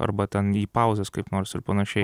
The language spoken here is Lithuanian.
arba ten į pauzes kaip nors ir panašiai